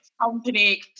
company